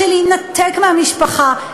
להינתק מהמשפחה,